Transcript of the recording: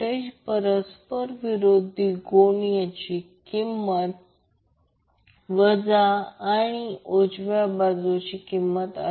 हे चांगले संबंध आहेत आणि लक्षात ठेवणे सोपे आहे की ω 1 ही दुसरी बाजू आहे